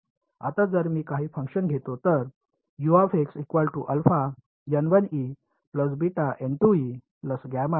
आता जर मी काही फंक्शन्स घेतो तर बरोबर तर एक्स नाही तर एक्स वाय